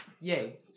Yay